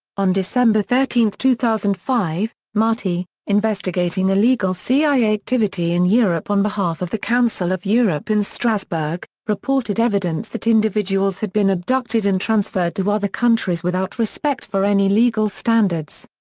on december thirteen, two thousand and five, marty, investigating illegal cia activity in europe on behalf of the council of europe in strasbourg, reported evidence that individuals had been abducted and transferred to other countries without respect for any legal standards.